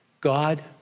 God